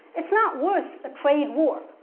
it's not worth a trade war,